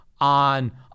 on